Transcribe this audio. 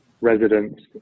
residents